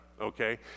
okay